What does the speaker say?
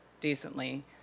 decently